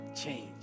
Change